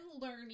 learning